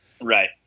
Right